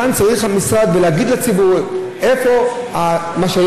כאן צריך המשרד להגיד לציבור אפוא מה בין מה